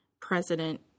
president